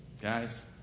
Guys